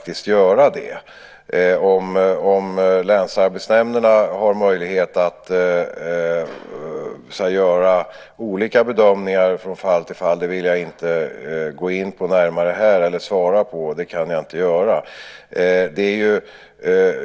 Jag vill inte gå in närmare på här och svara på huruvida länsarbetsnämnderna har möjlighet att göra olika bedömningar från fall till fall. Det kan jag inte göra.